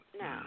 No